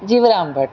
Jivram Bhatt